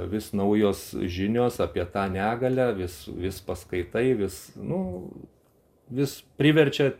vis naujos žinios apie tą negalią vis vis paskaitai vis nu vis priverčia